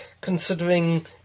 considering